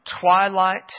twilight